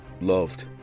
loved